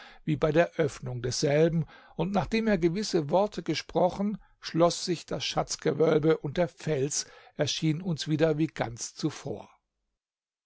wie bei der öffnung desselben und nachdem er gewisse worte gesprochen schloß sich das schatzgewölbe und der fels erschien uns wieder ganz wie zuvor